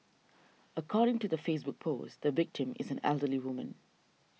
according to the Facebook post the victim is an elderly woman